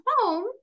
home